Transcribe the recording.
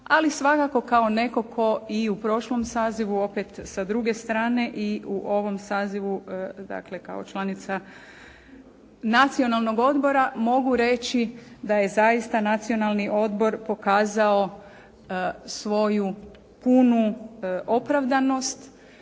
Ali svakako kao netko i u prošlom sazivu opet sa druge strane i u ovom sazivu dakle kao članica Nacionalnog odbora mogu reći da je zaista Nacionalni odbor pokazao svoju punu opravdanost.